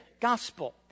gospel